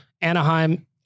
Anaheim